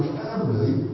family